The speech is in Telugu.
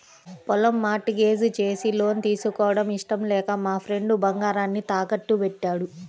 పొలం మార్ట్ గేజ్ చేసి లోన్ తీసుకోవడం ఇష్టం లేక మా ఫ్రెండు బంగారాన్ని తాకట్టుబెట్టాడు